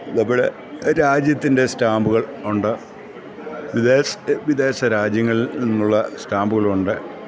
ഇതേപോലെ രാജ്യത്തിൻ്റെ സ്റ്റാമ്പുകളുണ്ട് വിദേശ രാജ്യങ്ങളിൽ നിന്നുള്ള സ്റ്റാമ്പുകളുണ്ട്